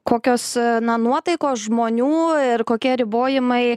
kokios na nuotaikos žmonių ir kokie ribojimai